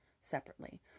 separately